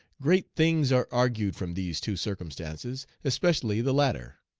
great things are augured from these two circumstances, especially the latter.